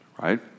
right